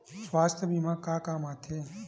सुवास्थ बीमा का काम आ थे?